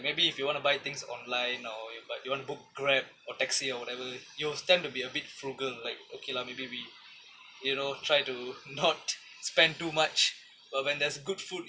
maybe if you want to buy things online or you but you want to book Grab or taxi or whatever you will tend to be a bit frugal like okay lah maybe we you know try to not spend too much but when there's good food